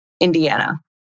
Indiana